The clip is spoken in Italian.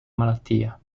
malattia